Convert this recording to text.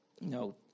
No